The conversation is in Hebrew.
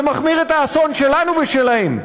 זה מחמיר את האסון שלנו ושלהם.